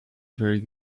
very